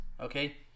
Okay